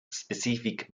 specific